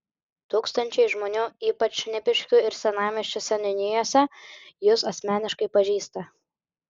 tūkstančiai žmonių ypač šnipiškių ir senamiesčio seniūnijose jus asmeniškai pažįsta